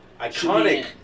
iconic